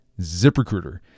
ZipRecruiter